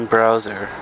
Browser